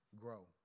grow